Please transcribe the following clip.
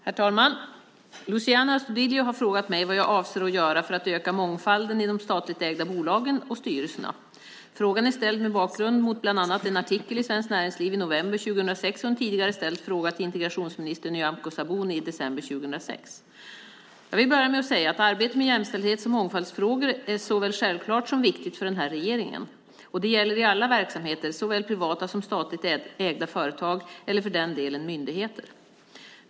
Herr talman! Luciano Astudillo har frågat mig vad jag avser att göra för att öka mångfalden i de statligt ägda bolagen och styrelserna. Frågan är ställd mot bakgrund av bland annat en artikel i SvD Näringsliv i november 2006 och en tidigare ställd fråga till integrationsminister Nyamko Sabuni i december 2006. Jag vill börja med att säga att arbetet med jämställdhets och mångfaldsfrågor är såväl självklart som viktigt för den här regeringen. Och det gäller i alla verksamheter, såväl privata som statligt ägda företag eller för den delen myndigheter.